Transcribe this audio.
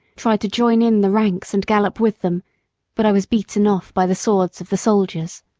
tried to join in the ranks and gallop with them but i was beaten off by the swords of the soldiers.